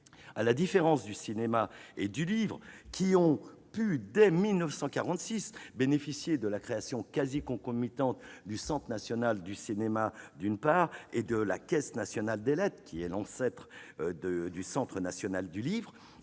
À la différence du cinéma et du livre, qui ont pu, dès 1946, bénéficier de la création quasi concomitante du Centre national de la cinématographie et de la Caisse nationale des lettres, ancêtre du Centre national du livre,